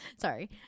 Sorry